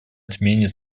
отмене